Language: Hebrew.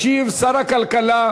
ישיב שר הכלכלה,